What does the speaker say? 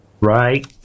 Right